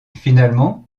finalement